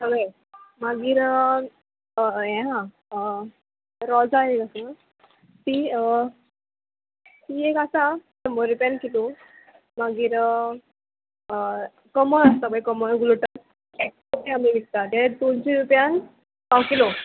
सगळें मागीर हें आहा रोजां एक आसा तीं ती एक आसा शंबर रुपयान किलो मागीर कमळ आसता पळय कमळ लोटस आमी विकता ते दोनशीं रुपयान स किलो